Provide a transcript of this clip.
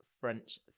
French